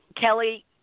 Kelly